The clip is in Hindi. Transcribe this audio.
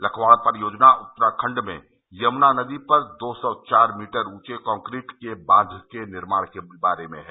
लखवाड़ परियोजना उत्तराखंड में यमुना नदी पर दो सौ चार मीटर ऊंचे कॉन्क्रीट के बांध के निर्माण के बारे में है